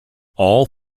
all